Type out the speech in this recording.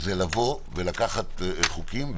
זה לקחת חוקים,